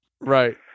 Right